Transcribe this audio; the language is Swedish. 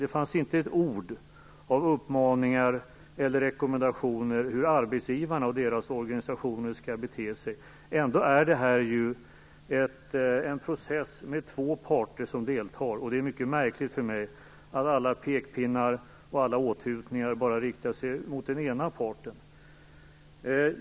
Det hördes inte ett ord om uppmaningar eller rekommendationer till hur arbetsgivarna och deras organisationer skall bete sig. Ändå är detta en process där det är två parter som deltar. Det är mycket märkligt att alla pekpinnar och åthutningar bara riktar sig till den ena parten.